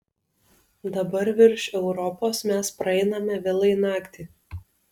dabar virš europos mes praeiname vėlai naktį